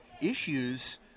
issues